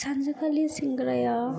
सानसेखालि सेंग्राया